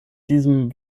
diesem